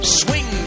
swing